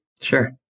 Sure